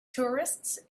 tourists